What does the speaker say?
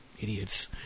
idiots